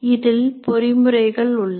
இதில் பொறிமுறைகள் உள்ளன